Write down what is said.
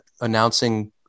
announcing